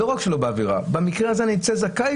לא רק שלא בעבירה אלא במקרה הזה אני אצא זכאי.